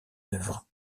œuvre